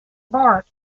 bart